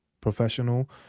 professional